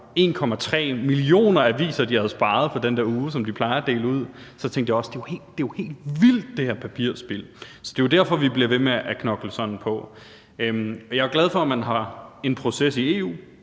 1,3 millioner aviser, de havde sparet på den der uge, som de plejer at dele ud, så tænkte jeg også, at det her papirspild jo er helt vildt. Så det er jo derfor, vi bliver ved med at knokle sådan på. Jeg er glad for, at man har en proces i EU.